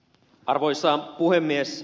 arvoisa puhemies